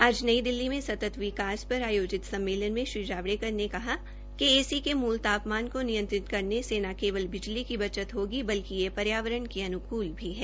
आज नई दिल्ली में सतत विकास पर आयोजित सममेलन में श्री जावड़ेकर ने कहा कि ए सी के मूल तापमान को नियंत्रित करने से न केवल बिजली की बचत होगी बल्कि ये पर्यावरण के अन्कुल भी है